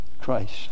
Christ